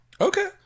Okay